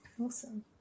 Awesome